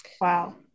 Wow